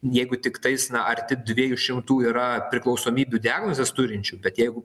jeigu tiktais na arti dviejų šimtų yra priklausomybių diagnozes turinčių bet jeigu